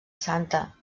santa